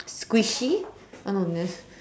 squishy oh no no